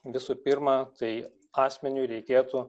visų pirma tai asmeniui reikėtų